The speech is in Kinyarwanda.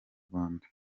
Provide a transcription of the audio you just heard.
rwanda